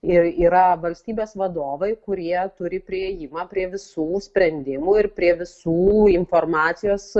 ir yra valstybės vadovai kurie turi priėjimą prie visų sprendimų ir prie visų informacijos